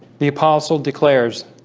the apostle declares